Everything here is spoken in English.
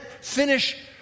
finish